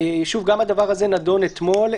גם הדבר הזה נדון אתמול.